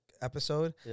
episode